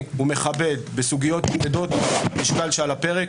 ומכבד בסוגיות כבדות המשקל שעל הפרק,